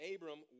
Abram